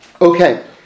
Okay